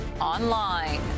online